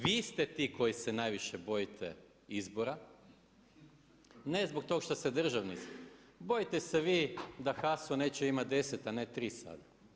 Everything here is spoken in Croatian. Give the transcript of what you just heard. Vi ste ti koji se najviše bojite izbora, ne zbog toga šta ste državnici, bojite se vi da… neće imati 10 a ne 3 sad.